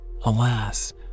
Alas